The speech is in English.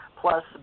Plus